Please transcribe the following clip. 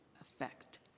effect